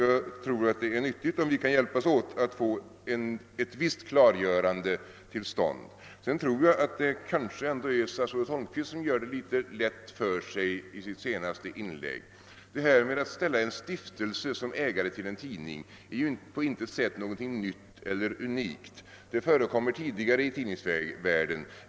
Jag tror det är nyttigt om vi kan hjälpas åt att åstadkomma viss klarhet därvidlag. Sedan undrar jag om det inte är statsrådet Holmqvist själv som gör det litet lätt för sig i sitt senaste inlägg. Detta att sätta en stiftelse som ägare av en tidning är på intet sätt nytt eller unikt. Det har förekommit tidigare i tidningsvärlden.